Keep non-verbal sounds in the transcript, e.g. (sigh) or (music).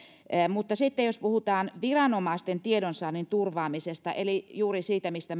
mutta sitten jos puhutaan viranomaisten tiedonsaannin turvaamisesta eli juuri siitä mistä (unintelligible)